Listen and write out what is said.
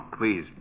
please